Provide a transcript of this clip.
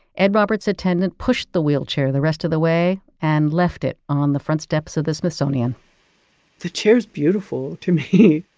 ed roberts' attendant pushed the wheelchair the rest of the way, and left it on the front steps of the smithsonian the chair's beautiful to me.